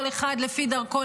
כל אחד לפי דרכו,